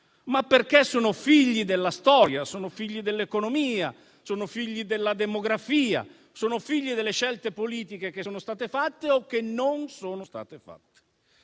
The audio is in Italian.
ma perché sono figli della storia, dell'economia, della demografia, delle scelte politiche che sono state fatte o che non sono state fatte.